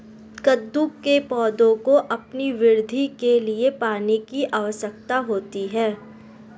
कद्दू के पौधों को अपनी वृद्धि के लिए पानी की आवश्यकता होती है